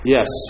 Yes